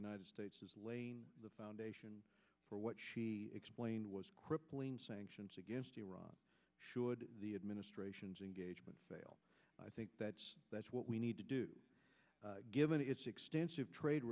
united states is laying the foundation for what she explained was crippling sanctions against iran should the administration's engagement fail i think that's what we need to do given its extensive trade